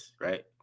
right